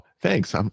thanks